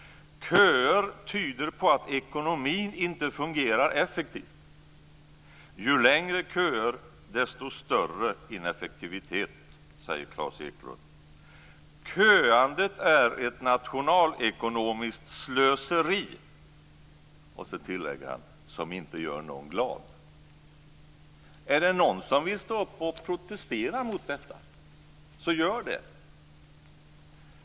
Köer tyder på att ekonomin inte fungerar effektivt. Ju längre köer, desto större ineffektivitet. Köandet är ett nationalekonomiskt slöseri som inte gör någon glad. Om någon vill ställa sig upp och protestera mot detta, så gör det!